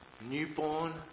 newborn